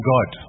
God